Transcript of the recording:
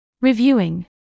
Reviewing